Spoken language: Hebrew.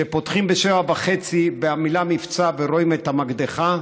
וכשפותחים ב-07:30 במילה "מבצע" ורואים את המקדחה,